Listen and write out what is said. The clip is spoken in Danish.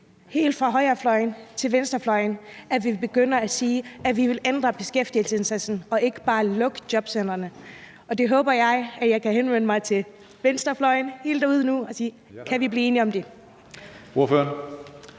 helt fra højrefløjen til venstrefløjen begynder at sige, at vi vil ændre beskæftigelsesindsatsen og ikke bare lukke jobcentrene, og der håber jeg, at jeg nu kan henvende mig til venstrefløjen helt derude og sige: Kan vi blive enige om det?